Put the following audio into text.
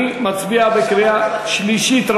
נצביע בקריאה שלישית,